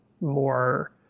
more